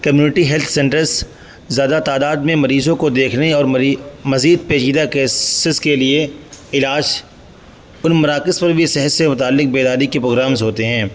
community health centres زیادہ تعداد میں مریضوں کو دیکھنے اور مری مزید پیچیدہ کیسز کے لیے علاج ان مراکز پر بھی صحت سے متعلک بیداری کے پروگرامز ہوتے ہیں